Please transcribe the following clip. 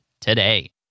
today